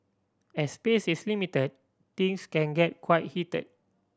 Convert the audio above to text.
as space is limited things can get quite heated